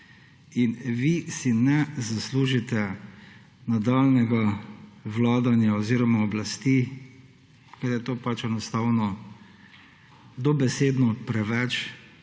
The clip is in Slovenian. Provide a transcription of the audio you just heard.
In vi si ne zaslužite nadaljnjega vladanja oziroma oblasti, ker je to pač enostavno dobesedno preveč